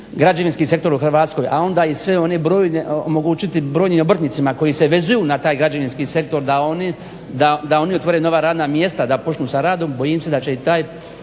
građevinski u Hrvatskoj, a onda i omogućiti brojnim obrtnicima koji se vezuju na taj građevinski sektor da oni otvore nova radna mjesta, da počnu sa radom, bojim se da će i taj